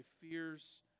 fears